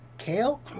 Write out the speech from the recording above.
kale